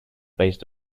based